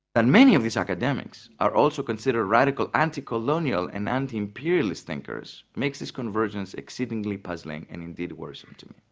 and many of these academics are also considered radical anti-colonial and anti-imperialist thinkers, makes this convergence exceedingly puzzling and indeed worrisome to